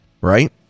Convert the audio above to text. right